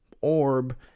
orb